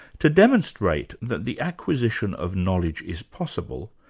to demonstrate that the acquisition of knowledge is possible,